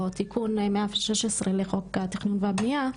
או בשמו הרשמי תיקון 116 לחוק התכנון והבנייה,